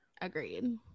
agreed